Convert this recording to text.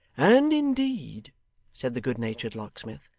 and indeed said the good-natured locksmith,